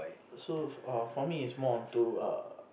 so err for me is more onto err